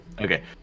okay